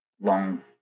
long